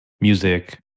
Music